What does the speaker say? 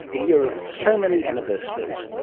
a year of so many anniversaries,